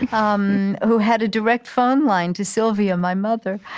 um who had a direct phone line to sylvia, my mother,